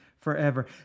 forever